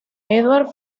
eduard